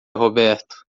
roberto